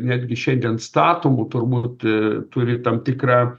netgi šiandien statomų turbūt turi tam tikrą